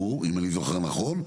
נמצא די בפיגור.